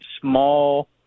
small